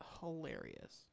hilarious